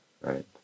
right